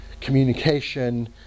communication